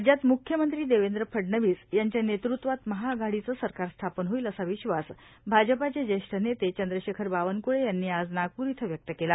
राज्यात मुख्यमंत्री देवेंद्र फडणवीस यांच्या नेतृत्वात महाआघाडीचं सरकार स्थापन होईल असा विश्वास भाजपाचे ज्येष्ठ नेते चंद्रशेखर बावनकुळे यांनी आज नागपूर इथं व्यक्त केला